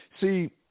See